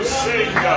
sing